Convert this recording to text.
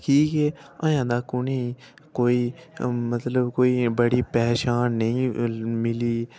कि जे अजें तक उनेंगी कोई मतलब कोई बड़ी पंछान नेईं मिली